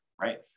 right